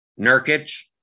Nurkic